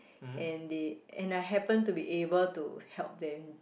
and they and I happen to be able to help them